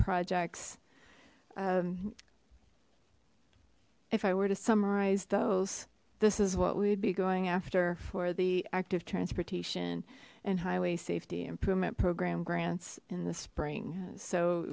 projects if i were to summarize those this is what we'd be going after for the active transportation and highway safety improvement program grants in the spring so